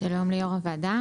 שלום ליושב-ראש הוועדה.